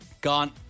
gone